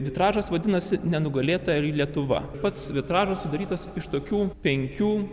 vitražas vadinasi nenugalėta lietuva pats vitražas sudarytas iš tokių penkių